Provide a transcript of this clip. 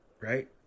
right